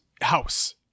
house